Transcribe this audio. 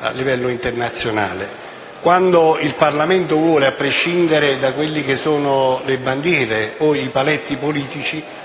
a livello internazionale. Quando il Parlamento vuole, a prescindere dalle bandiere e dai paletti politici,